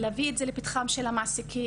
להביא את זה לפתחם של המעסיקים,